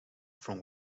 from